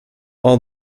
all